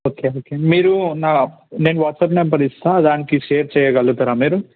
okay okay మీరు నా నేను వాట్సాప్ నెంబర్ ఇస్తాను దానికి షేర్ చేయగలుగుతారా మీరు